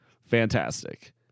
fantastic